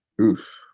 Oof